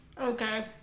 Okay